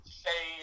say